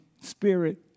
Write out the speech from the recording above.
spirit